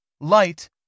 Light